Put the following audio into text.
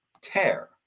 tear